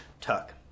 tuck